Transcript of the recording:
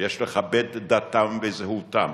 ויש לכבד את דתם וזהותם.